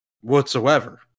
Whatsoever